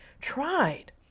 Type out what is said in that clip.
tried